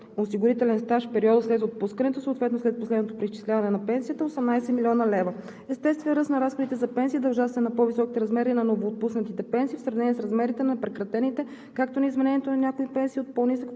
осигурителен стаж в периода след отпускането, съответно след последното преизчисляване на пенсията – 18,0 млн. лв.; - естествен ръст на разходите за пенсии, дължащ се на по-високите размери на новоотпуснатите пенсии в сравнение с размерите на прекратените, както и на изменението на някои пенсии от по-нисък